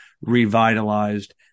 revitalized